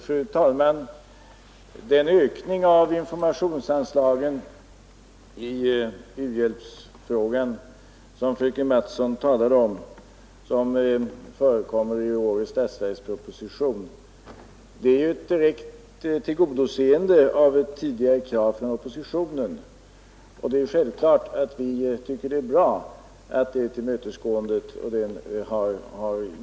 Fru talman! Den ökning av anslagen för information i u-hjälpsfrågan, som fröken Mattson talade om och som föreslås i årets statsverksproposition, är ett direkt tillgodoseende av tidigare krav från oppositionen. Det är självklart att vi uppskattar det tillmötesgåendet.